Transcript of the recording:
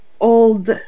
old